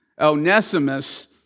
Onesimus